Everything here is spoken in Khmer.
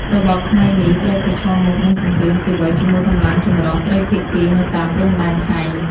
របបថ្មីនេះត្រូវប្រឈមមុខនឹងសង្គ្រាមស៊ីវិលជាមួយកម្លាំងចម្រុះត្រីភាគីនៅតាមព្រំដែនថៃ។